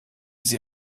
sie